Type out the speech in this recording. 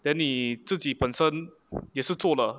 then 你自己本身也是做了